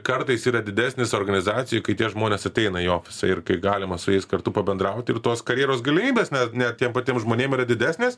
kartais yra didesnis organizacijoj kai tie žmonės ateina į ofisą ir kai galima su jais kartu pabendrauti ir tos karjeros galimybės ne net tiems patiem žmonėm yra didesnės